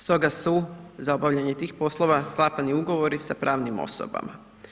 Stoga su za obavljanje tih poslova sklapani ugovori sa pravnim osobama.